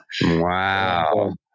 Wow